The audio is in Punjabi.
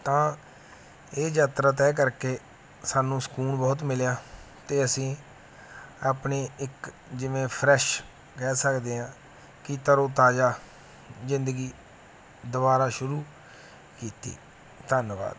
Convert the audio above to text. ਤਾਂ ਇਹ ਯਾਤਰਾ ਤੈਅ ਕਰਕੇ ਸਾਨੂੰ ਸਕੂਨ ਬਹੁਤ ਮਿਲਿਆ ਅਤੇ ਅਸੀਂ ਆਪਣੀ ਇੱਕ ਜਿਵੇਂ ਫਰੈਸ਼ ਕਹਿ ਸਕਦੇ ਹਾਂ ਕਿ ਤਰੋ ਤਾਜ਼ਾ ਜ਼ਿੰਦਗੀ ਦੁਬਾਰਾ ਸ਼ੁਰੂ ਕੀਤੀ ਧੰਨਵਾਦ